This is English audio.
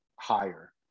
higher